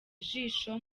ijisho